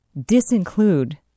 disinclude